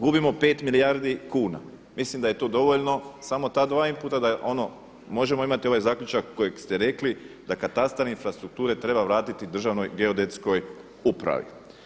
Gubimo 5 milijardi kuna, mislim da je tu dovoljno samo ta dva inputa da možemo imati ovaj zaključak kojeg ste rekli da katastar infrastrukture treba vrati Državnoj geodetskoj upravi.